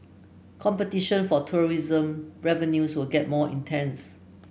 competition for tourism revenues will get more intense